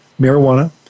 marijuana